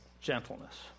gentleness